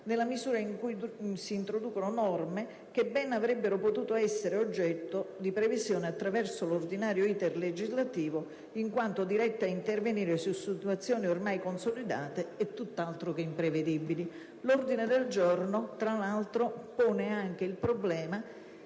nella misura in cui si introducono norme che ben avrebbero potuto essere oggetto di previsione attraverso l'ordinario *iter* legislativo in quanto il decreto-legge in conversione è diretto ad intervenire su situazioni ormai consolidate e tutt'altro che imprevedibili. L'ordine del giorno, tra l'altro, indica anche la